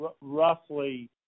roughly